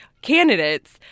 candidates